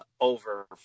over